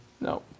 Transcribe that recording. No